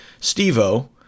Steve-O